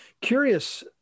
Curious